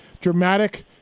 dramatic